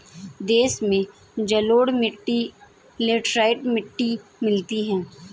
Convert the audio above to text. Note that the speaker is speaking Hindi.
देश में जलोढ़ मिट्टी लेटराइट मिट्टी मिलती है